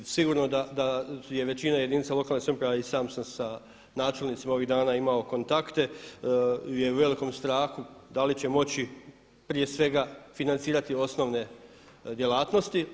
Sigurno da je većina jedinica lokalne samouprave i sam sa načelnicima ovih dana imao kontakte je u velikom strahu da li će moći prije svega financirati osnovne djelatnosti.